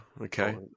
okay